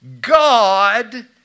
God